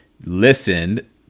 listened